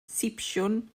sipsiwn